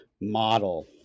model